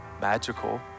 magical